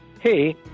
Hey